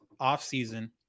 offseason